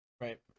Right